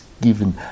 given